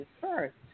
first